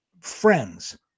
friends